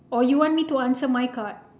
or you want me to answer my card